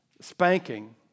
spanking